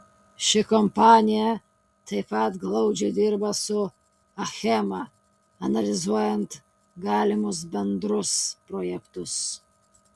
ši kompanija taip pat glaudžiai dirba su achema analizuojant galimus bendrus projektus